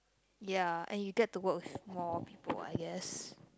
ya and you get to work with more people I guess